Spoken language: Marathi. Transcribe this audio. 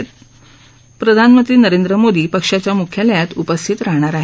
त्यावेळी प्रधानमंत्री नरेंद्र मोदी पक्षाच्या म्ख्यालयात उपस्थित राहणार आहेत